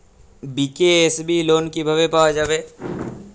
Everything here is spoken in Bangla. বি.কে.এস.বি লোন কিভাবে পাওয়া যাবে?